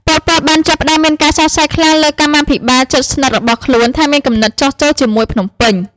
ប៉ុល ពត បានចាប់ផ្ដើមមានការសង្ស័យខ្លាំងលើកម្មាភិបាលជិតស្និទ្ធរបស់ខ្លួនថាមានគំនិតចុះចូលជាមួយភ្នំពេញ។